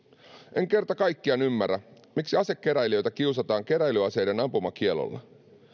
en kerta kaikkiaan ymmärrä miksi asekeräilijöitä kiusataan keräilyaseiden ampumakiellolla